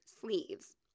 sleeves